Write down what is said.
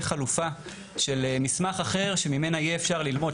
חלופה של מסמך אחר שממנו יהיה אפשר ללמוד,